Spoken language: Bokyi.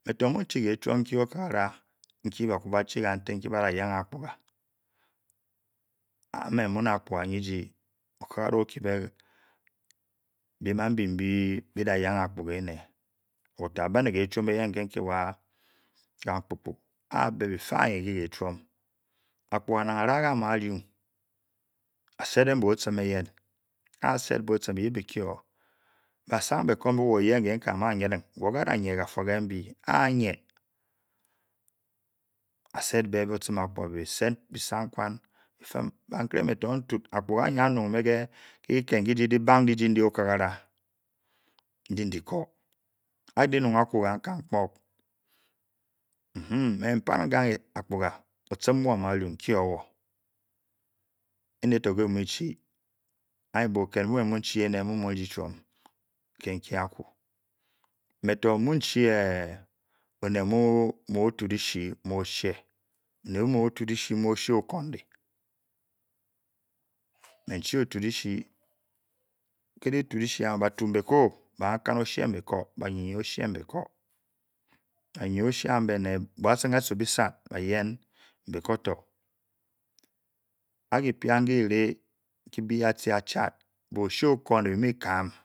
Me tor ma chi ke chum ntue okakara nke ba ku ba chi nke para yank e apkorga a me mule apkorga nezi okakara opebe bem abi be ke da yane akporga ne wor tah ba le ne nka nkiwa ka pkopko Apkorga otim nwe a ma dung netur nka muchi anyo bor kel mbu me nuchi me mu te dea chun, mu chia oned mu chi le oghe oned mu mu letu oche mmu okenda me chi otiu la shi tale le tulashi ba ned nubekur